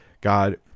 God